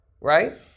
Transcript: Right